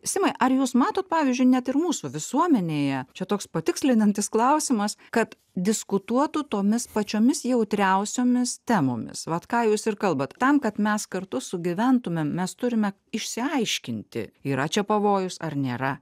simai ar jūs matot pavyzdžiui net ir mūsų visuomenėje čia toks patikslinantis klausimas kad diskutuotų tomis pačiomis jautriausiomis temomis vat ką jūs ir kalbat tam kad mes kartu sugyventumėm mes turime išsiaiškinti yra čia pavojus ar nėra